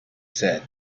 said